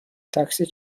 تاکسی